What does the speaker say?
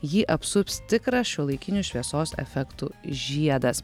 jį apsups tikras šiuolaikinių šviesos efektų žiedas